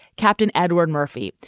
captain edward murphy,